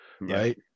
right